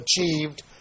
achieved